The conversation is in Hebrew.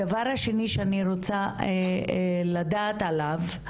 הדבר השני שאני רוצה לדעת עליו,